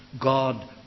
God